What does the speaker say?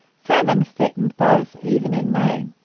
famine threatened both, even in may.